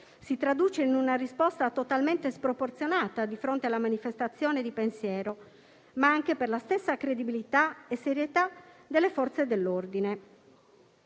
si traduce in una risposta totalmente sproporzionata di fronte alla manifestazione di pensiero, ma anche per la stessa credibilità e serietà delle Forze dell'ordine.